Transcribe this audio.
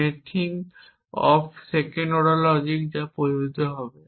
মেথিং of second order logic যা প্রযোজ্য হবে